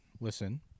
listen